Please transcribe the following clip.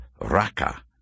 Raka